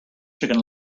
chicken